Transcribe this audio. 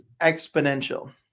exponential